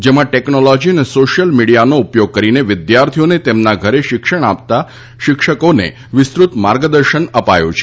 જેમાં ટેકનોલોજી અને સોશિયલ મિડિયાનો ઉપયોગ કરીને વિદ્યાર્થીઓને તેમના ઘરે શિક્ષણ આપતા શિક્ષકોને વિસ્તૃત માર્ગદર્શન અપાયું છે